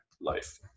life